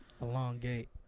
Elongate